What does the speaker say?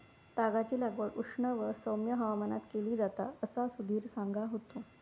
तागाची लागवड उष्ण व सौम्य हवामानात केली जाता असा सुधीर सांगा होतो